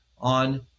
on